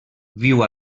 viu